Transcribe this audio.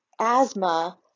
asthma